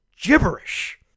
gibberish